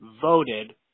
voted